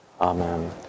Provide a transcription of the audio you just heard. Amen